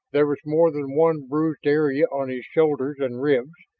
there was more than one bruised area on his shoulders and ribs,